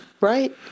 Right